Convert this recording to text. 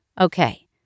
Okay